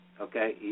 Okay